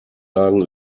lagen